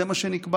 זה מה שנקבע.